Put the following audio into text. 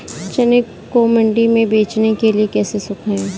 चने को मंडी में बेचने के लिए कैसे सुखाएँ?